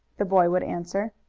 the boy would answer.